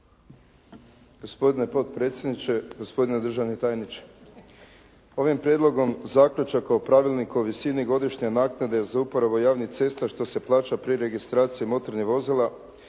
Gospodine potpredsjedniče, gospodine državni tajniče. Ovim Prijedlogom zaključaka o Pravilniku o visini godišnje naknade za uporabu javnih cesta što se plaća pri registraciji motornih vozila